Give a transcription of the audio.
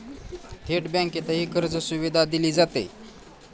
थेट बँकेतही कर्जसुविधा दिली जाते